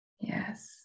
Yes